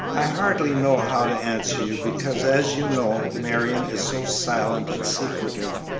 i hardly know how to answer you, because, as you know, marion is so silent and secretive.